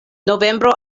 novembro